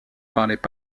parlaient